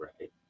Right